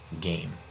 game